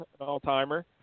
all-timer